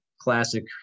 classic